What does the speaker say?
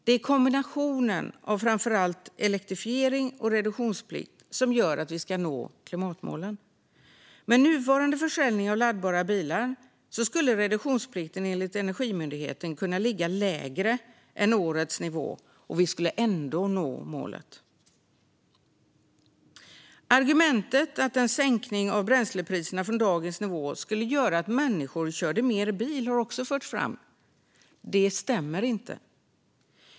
Det är kombinationen av framför allt elektrifiering och reduktionsplikt som gör att vi ska nå klimatmålen. Med nuvarande försäljning av laddbara bilar skulle reduktionsplikten enligt Energimyndigheten kunna ligga lägre än årets nivå och vi skulle ändå nå målet. Argumentet att en sänkning av bränslepriserna från dagens nivå skulle göra att människor skulle köra mer bil har också förts fram. Det stämmer inte.